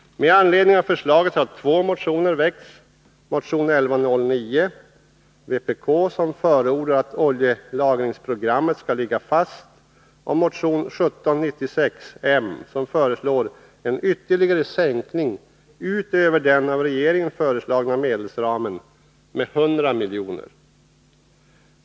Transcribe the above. Med anledning av förslaget har två motioner väckts: vpk-motionen 1109, som förordar att oljelagringsprogrammet skall ligga fast och den moderata motionen 1796, som föreslår en ytterligare sänkning utöver den av regeringen föreslagna medelsramen med 100 miljoner.